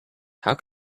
how